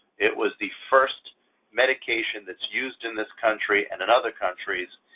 it was the first medication that's used in this country and in other countries,